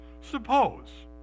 Suppose